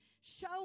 show